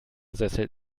sessel